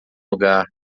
lugar